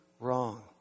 wrong